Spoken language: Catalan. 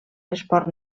l’esport